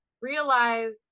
realize